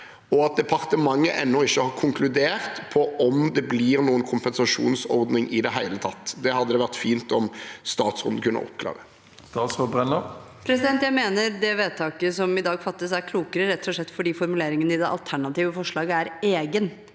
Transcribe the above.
at departementet ennå ikke har konkludert på om det blir noen kompensasjonsordning i det hele tatt. Det hadde det vært fint om statsråden kunne oppklare. Statsråd Tonje Brenna Jeg mener det vedtaket som i dag fattes, er klokere, rett og slett fordi formuleringen i det alternative forslaget er «egen».